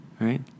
right